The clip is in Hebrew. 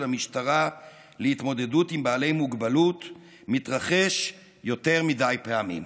המשטרה להתמודדות עם בעלי מוגבלות מתרחש יותר מדי פעמים.